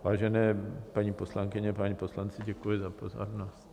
Vážené paní poslankyně, páni poslanci, děkuji za pozornost.